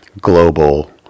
global